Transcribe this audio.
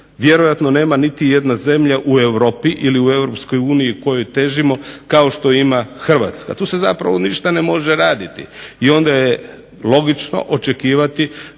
vjerojatno nema niti jedna zemlja u Europi ili u Europskoj uniji kojoj težimo kao što ima Hrvatska. Tu se zapravo ništa ne može raditi i onda je logično očekivati